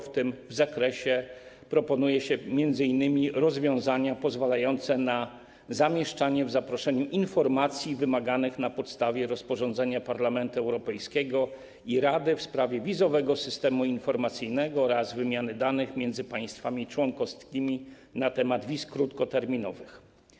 W tym w zakresie proponuje się m.in. rozwiązania pozwalające na zamieszczanie w zaproszeniu informacji wymaganych na podstawie rozporządzenia Parlamentu Europejskiego i Rady w sprawie Wizowego Systemu Informacyjnego oraz wymiany danych pomiędzy państwami członkowskimi na temat wiz krótkoterminowych.